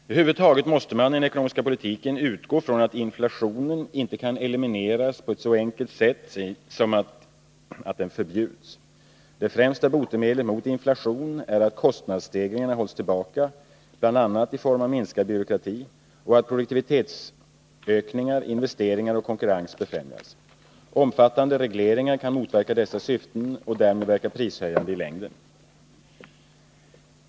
Över huvud taget måste man i den ekonomiska politiken utgå från att inflationen inte kan elimineras på ett sådant enkelt sätt som att den förbjuds. Det främsta botemedlet mot inflation är att kostnadsstegringarna hålls tillbaka, bl.a. i form av minskad byråkrati, och att produktivitetsökningar, investeringar och konkurrens befrämjas. Omfattande regleringar kan motverka dessa syften och därmed verka prishöjande i längden.